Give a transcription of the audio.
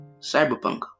Cyberpunk